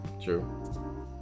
true